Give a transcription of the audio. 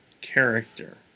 character